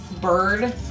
bird